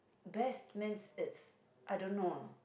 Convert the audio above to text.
best means it's I don't know uh